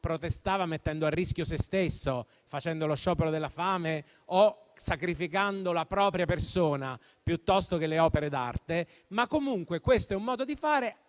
protestava mettendo a rischio sé stessi, facendo lo sciopero della fame o sacrificando la propria persona, piuttosto che le opere d'arte, ma comunque questo è un modo di fare